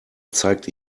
zeigt